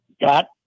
got